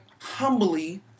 humbly